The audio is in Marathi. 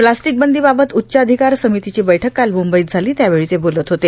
प्लास्टीकबंदीबाबत उच्चाधिकार समितीची बैठक काल मुंबईत झाली त्यावेळी ते बोलत होते